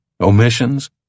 omissions